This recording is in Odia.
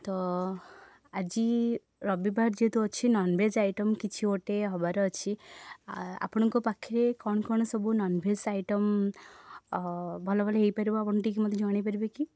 ତ ଆଜି ରବିବାର ଯେହେତୁ ଅଛି ନନଭେଜ୍ ଆଇଟମ୍ କିଛି ଗୋଟେ ହେବାର ଅଛି ଆପଣଙ୍କ ପାଖରେ କ'ଣ କ'ଣ ସବୁ ନନଭେଜ୍ ଆଇଟମ୍ ଭଲ ଭଲ ହେଇପାରିବ ଆପଣ ଟିକିଏ ମୋତେ ଜଣେଇ ପାରିବେକି